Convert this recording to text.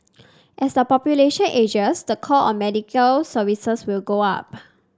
as the population ages the call on medical services will go up